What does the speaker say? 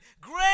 Great